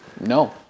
No